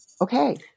Okay